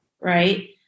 right